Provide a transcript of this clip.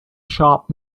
sharp